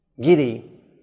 Giddy